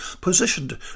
positioned